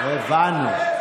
הבנו.